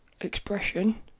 expression